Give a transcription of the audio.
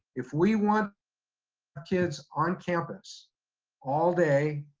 if we want kids on campus all day,